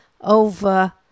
over